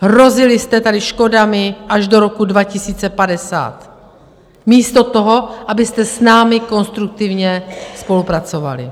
Hrozili jste tady škodami až do roku 2050 místo toho, abyste s námi konstruktivně spolupracovali.